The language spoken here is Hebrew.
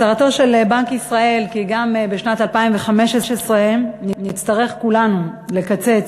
הצהרתו של בנק ישראל כי גם בשנת 2015 נצטרך כולנו לקצץ